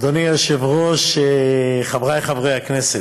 אדוני היושב-ראש, חברי חברי הכנסת,